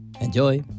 Enjoy